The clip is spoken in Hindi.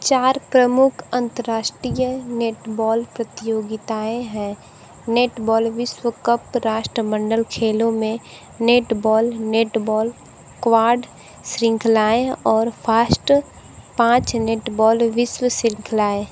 चार प्रमुख अन्तर्राष्ट्रीय नेटबॉल प्रतियोगिताएँ हैं नेटबॉल विश्व कप राष्ट्रमंडल खेलो में नेटबॉल नेटबॉल क्वाड श्रृंखलाएँ और फास्ट पाँच नेटबॉल विश्व श्रृंखलाएँ